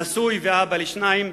נשוי ואבא לשניים.